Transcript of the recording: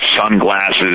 sunglasses